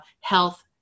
Health